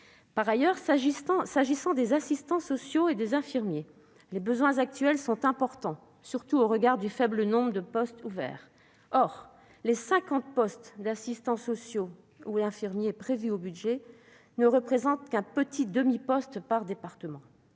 Par ailleurs, s'agissant des assistants sociaux et des infirmiers, les besoins actuels sont importants, surtout au regard du faible nombre de postes ouverts. Ainsi, les 50 postes d'assistants sociaux ou d'infirmiers prévus au budget ne représentent qu'un petit « demi-poste » par département